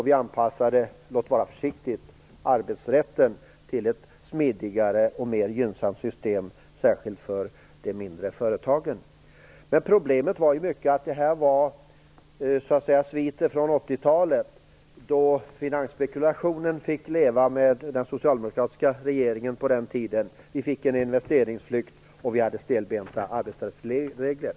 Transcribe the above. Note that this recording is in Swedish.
Vi anpassade vidare, låt vara försiktigt, arbetsrätten så att den blev smidigare och mer gynnsam, särskilt för de mindre företagen. Men problemet var i mycket att vi hade att dras med sviter från 80-talet, då finansspekulationen fick florera under den dåvarande socialdemokratiska regeringen. Vi fick en investeringsflykt, och vi hade stelbenta arbetsrättsregler.